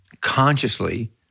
consciously